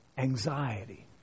Anxiety